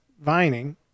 vining